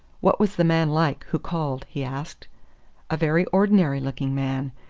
what was the man like who called? he asked a very ordinary-looking man,